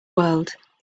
world